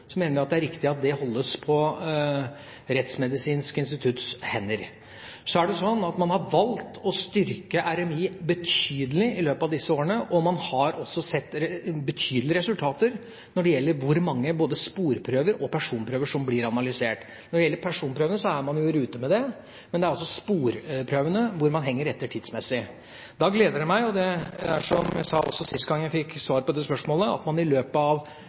mener vi at det er riktig at det holdes på Rettsmedisinsk institutts hender. Så er det sånn at man har valgt å styrke RMI betydelig i løpet av disse årene, og man har også sett betydelige resultater når det gjelder hvor mange sporprøver og personprøver som blir analysert. Når det gjelder personprøvene, er man i rute, men det er altså sporprøvene man henger etter med tidsmessig. Da gleder det meg – som jeg også sa sist jeg fikk svare på dette spørsmålet – at man i løpet av